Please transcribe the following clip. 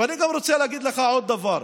אני גם רוצה להגיד לך עוד דבר,